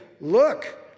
Look